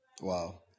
Wow